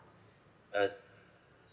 uh